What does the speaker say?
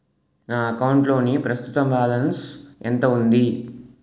నా అకౌంట్ లోని ప్రస్తుతం బాలన్స్ ఎంత ఉంది?